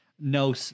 no